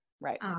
Right